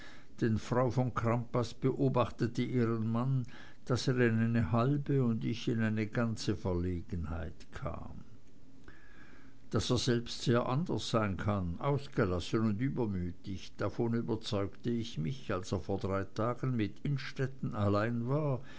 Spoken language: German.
denn frau von crampas beobachtete ihren mann so daß er in eine halbe und ich in eine ganze verlegenheit kam daß er selbst sehr anders sein kann ausgelassen und übermütig davon überzeugte ich mich als er vor drei tagen mit innstetten allein war